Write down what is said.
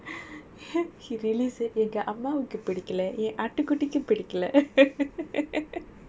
he really said எங்க அம்மாவுக்கு பிடிக்கலை எங்க ஆட்டுக்குட்டிக்கு பிடிக்கலை:yenga ammavukku pidikkalai yenga aatukuttiku pidikkalai